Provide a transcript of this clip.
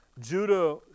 Judah